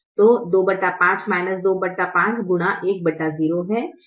तो 25 25 गुना 1 0 है